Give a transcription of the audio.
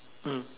mm